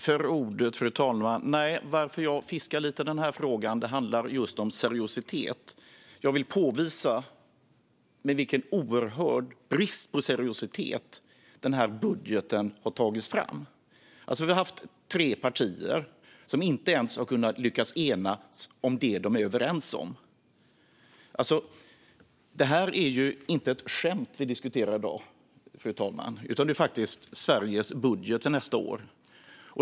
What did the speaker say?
Fru talman! Varför jag fiskar i den här frågan handlar om seriositet. Jag vill påvisa med vilken oerhörd brist på seriositet budgeten har tagits fram. Tre partier har inte lyckats enas om det de är överens om. Det är inte ett skämt vi diskuterar i dag, fru talman, utan det är Sveriges budget för nästa år.